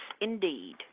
indeed